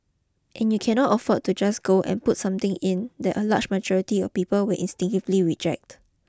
and you cannot afford to just go and put something in that a large majority of people will instinctively reject